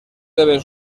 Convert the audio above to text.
deben